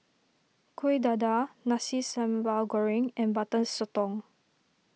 Kueh Dadar Nasi Sambal Goreng and Butter Sotong